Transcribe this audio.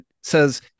says